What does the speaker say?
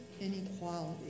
inequality